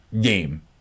game